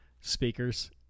speakers